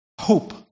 Hope